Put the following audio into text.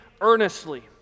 earnestly